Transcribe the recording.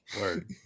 Word